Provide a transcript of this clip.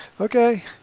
okay